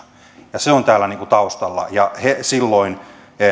ja se on täällä taustalla silloin